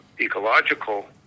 ecological